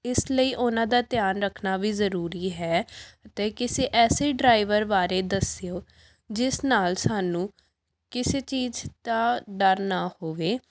ਇਸ ਲਈ ਉਹਨਾਂ ਦਾ ਧਿਆਨ ਰੱਖਣਾ ਵੀ ਜ਼ਰੂਰੀ ਹੈ ਅਤੇ ਕਿਸੇ ਐਸੇ ਡਰਾਈਵਰ ਬਾਰੇ ਦੱਸਿਓ ਜਿਸ ਨਾਲ ਸਾਨੂੰ ਕਿਸੇ ਚੀਜ਼ ਦਾ ਡਰ ਨਾ ਹੋਵੇ